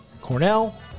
Cornell